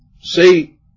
see